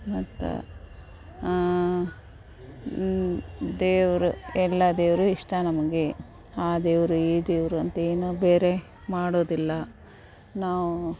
ಮತ್ತು ದೇವರು ಎಲ್ಲ ದೇವರೂ ಇಷ್ಟ ನಮಗೆ ಆ ದೇವರು ಈ ದೇವರು ಅಂತೇನೂ ಬೇರೆ ಮಾಡೋದಿಲ್ಲ ನಾವು